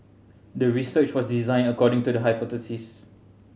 the research was designed according to the hypothesis